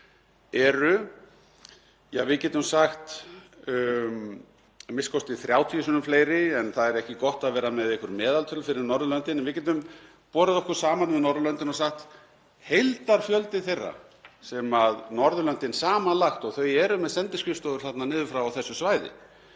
eru, ja, við getum sagt a.m.k. 30 sinnum fleiri — það er ekki gott að vera með einhver meðaltöl fyrir Norðurlöndin en við getum borið okkur saman við Norðurlöndin og sagt: Heildarfjöldi þeirra sem Norðurlöndin samanlagt, og þau erum með sendiskrifstofur þarna niður frá á þessu svæði